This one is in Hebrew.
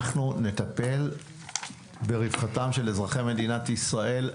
אנחנו נטפל ברווחתם של אזרחי מדינת ישראל.